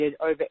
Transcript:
over